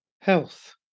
health